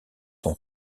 son